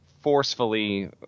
forcefully